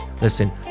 listen